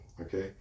okay